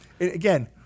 Again